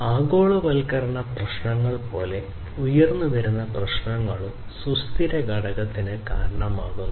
ആഗോളവൽക്കരണ പ്രശ്നങ്ങൾ പോലെ ഉയർന്നുവരുന്ന പ്രശ്നങ്ങളും സുസ്ഥിര ഘടകത്തിന് കാരണമാകുന്നു